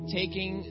taking